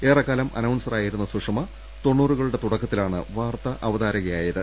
ഏറെക്കാലം അനൌൺസറായിരുന്ന സുഷമ തൊണ്ണൂറുകളുടെ തുടക്കത്തിലാണ് വാർത്താ അവതാരകയായത്